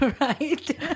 Right